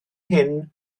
hyn